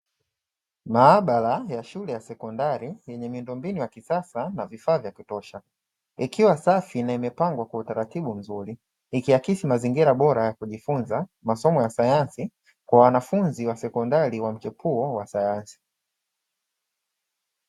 Maabara ya shule ya sekondari yenye miundombinu ya kisasa na vifaa vya kutosha. Ikiwa safi na imepangwa kwa utaratibu mzuri, ikiakisi mazingira bora ya kujifunza masomo ya sayansi kwa wanafunzi wa sekondari wa mchepuo wa sayansi.